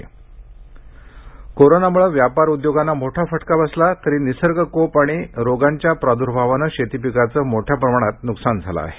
तूर कोरोनाम्ळे व्यापार उद्योगांना मोठा फटका बसला तर निसर्गकोप आणि रोगांच्या प्राद्र्भावाने शेतीपिकाचे मोठ्या प्रमाणात न्कसान झाले आहे